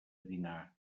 dinar